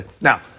Now